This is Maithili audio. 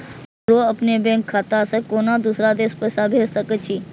हमरो अपने बैंक खाता से केना दुसरा देश पैसा भेज सके छी?